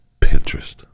Pinterest